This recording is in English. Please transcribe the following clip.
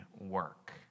work